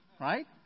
right